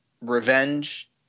revenge